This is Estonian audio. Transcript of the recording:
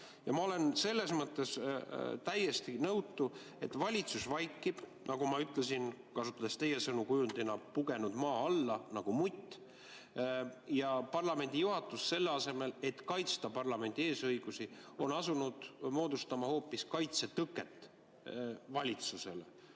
Ma olen selles mõttes täiesti nõutu, et valitsus vaikib ning on, nagu ma ütlesin, kasutades teie sõnu kujundina, "pugenud maa alla nagu mutt". Parlamendi juhatus, selle asemel et kaitsta parlamendi eesõigusi, on asunud moodustama hoopis kaitsetõket valitsusele.